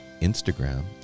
Instagram